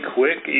quick